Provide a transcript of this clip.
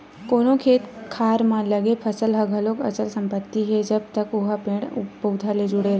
कोनो खेत खार म लगे फसल ह घलो अचल संपत्ति हे जब तक ओहा पेड़ पउधा ले जुड़े हे